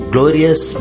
Glorious